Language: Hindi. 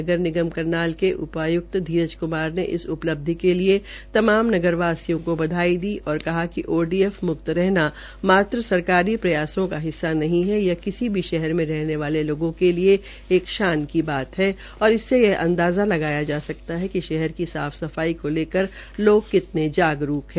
नगर निगम करनाल के उप आयुक्त धीरज कुमार ने इस उपलब्धि के लिए तमाम नगर वासियों को बधाई दी और कहा कि ओडीएफ मुक्त रहना मात्रसरकारी प्रयासों का हिस्सा नहीं है यह किसी भी शहर में रहने वाले लोगों के लिए शान की बात है और इससे यह अंदाजा लगाया जा सकता है कि शहर की साफ सफाई को लेकर लोग कितने जागरूक हैं